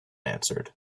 answered